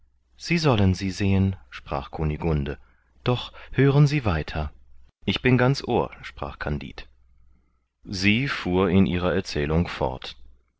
sie sollen sie sehen sprach kunigunde doch hören sie weiter ich bin ganz ohr sprach kandid sie fuhr in ihrer erzählung fort